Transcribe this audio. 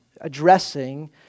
addressing